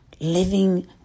living